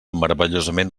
meravellosament